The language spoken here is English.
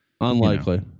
unlikely